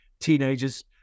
teenagers